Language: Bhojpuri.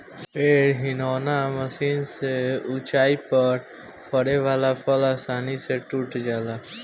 पेड़ हिलौना मशीन से ऊंचाई पर फरे वाला फल आसानी से टूट जाला